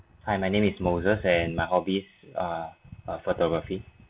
hi my name is moses and my hobbies are uh photography